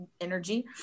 energy